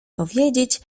powiedzieć